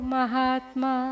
Mahatma